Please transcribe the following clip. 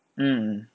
mm